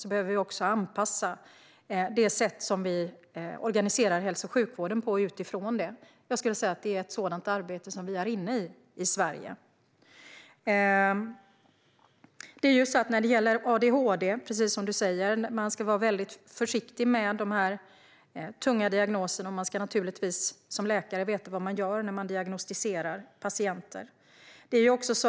Då behöver vi anpassa det sätt som vi organiserar hälso och sjukvården på utifrån det. Jag skulle säga att det är ett sådant arbete som vi i Sverige är inne i. Man ska, precis som du säger, vara försiktig med tunga diagnoser, och man ska naturligtvis som läkare veta vad man gör när man diagnostiserar patienter.